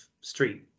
street